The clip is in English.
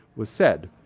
was said.